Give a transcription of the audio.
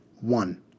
one